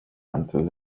antes